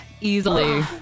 easily